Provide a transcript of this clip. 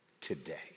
today